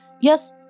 yes